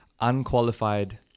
unqualified